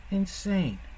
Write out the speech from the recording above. insane